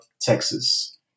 Texas